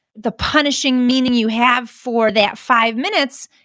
the punishing meaning you have for that five minutes,